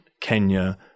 Kenya